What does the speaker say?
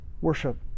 Worship